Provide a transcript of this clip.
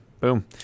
boom